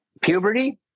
Puberty